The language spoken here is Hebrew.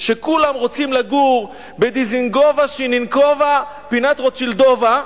שכולם רוצים לגור בדיזינגובה-שיניקינובה-פינת רוטשילדובה,